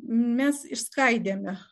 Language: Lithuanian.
mes išskaidėme